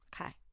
Okay